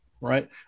Right